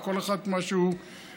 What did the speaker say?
או כל אחד מה שהוא מגדל.